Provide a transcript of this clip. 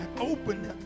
Open